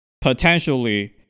Potentially